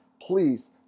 please